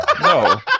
no